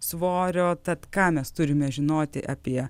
svorio tad ką mes turime žinoti apie